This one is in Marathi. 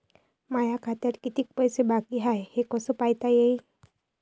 माया खात्यात कितीक पैसे बाकी हाय हे कस पायता येईन?